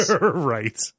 Right